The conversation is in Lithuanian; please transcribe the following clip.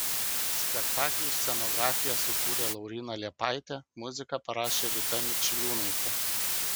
spektakliui scenografiją sukūrė lauryna liepaitė muziką parašė rita mačiliūnaitė